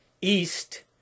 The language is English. East